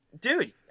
Dude